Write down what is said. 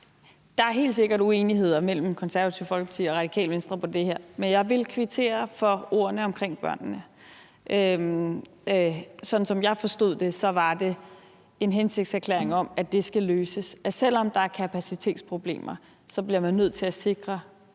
der er helt sikkert uenigheder mellem Det Konservative Folkeparti og Radikale Venstre i det her, men jeg vil kvittere for ordene omkring børnene. Sådan som jeg forstod det, var det en hensigtserklæring om, at det skal løses, altså at man, selv om der er kapacitetsproblemer, bliver nødt til at sikre